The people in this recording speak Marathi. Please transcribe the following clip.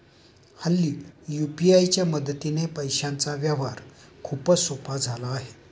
हल्ली यू.पी.आय च्या मदतीने पैशांचा व्यवहार खूपच सोपा झाला आहे